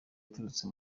iturutse